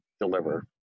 deliver